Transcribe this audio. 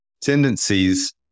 tendencies